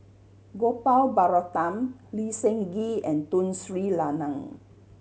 Gopal Baratham Lee Seng Gee and Tun Sri Lanang